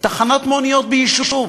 תחנת מוניות ביישוב,